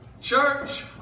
Church